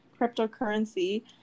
cryptocurrency